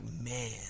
man